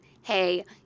hey